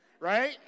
right